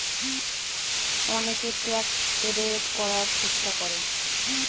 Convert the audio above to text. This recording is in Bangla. অনেকে ট্যাক্স এভোয়েড করার চেষ্টা করে